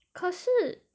可是